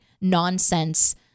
nonsense